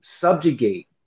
subjugate